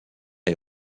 est